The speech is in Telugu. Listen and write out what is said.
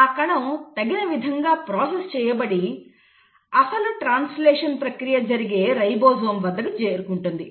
ఆ కణం తగిన విధంగా ప్రాసెస్ చేయబడి అసలు ట్రాన్స్లేషన్ ప్రక్రియ జరిగే రైబోజోమ్ వద్దకు చేరుకుంటుంది